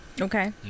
Okay